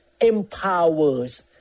empowers